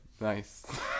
nice